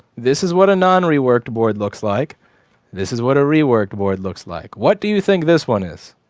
this is what a non reworked board looks like this is what a reworked board looks like. what do you think this one is?